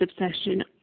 obsession